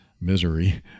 misery